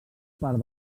part